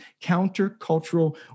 countercultural